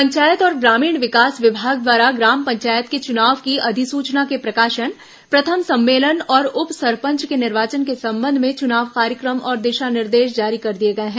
पंचायत और ग्रामीण विकास विभाग द्वारा ग्राम पंचायत के चुनाव की अधिसूचना के प्रकाशन प्रथम सम्मेलन और उप सरपंच के निर्वाचन के संबंध में चुनाव कार्यक्रम और दिशा निर्देश जारी कर दिए गए हैं